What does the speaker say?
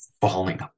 falling